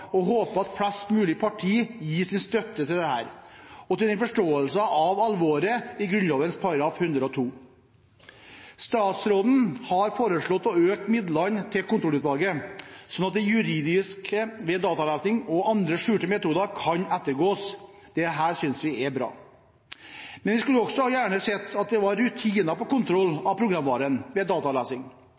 og håper at flest mulig partier gir sin støtte til dette og til denne forståelsen av alvoret i Grunnloven § 102. Statsråden har foreslått å øke midlene til kontrollutvalget slik at det juridiske ved dataavlesning og andre skjulte metoder kan ettergås. Det synes vi er bra. Men vi skulle også gjerne sett at det var rutiner på kontroll av programvaren ved